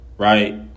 Right